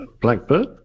Blackbird